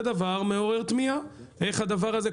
זה דבר מעורר תמיהה, איך הדבר הזה?